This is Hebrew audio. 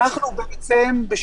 בהתאם.